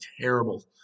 terrible